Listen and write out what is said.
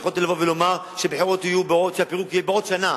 יכולתי לומר שהפירוק יהיה בעוד שנה.